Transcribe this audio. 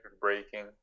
breaking